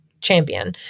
champion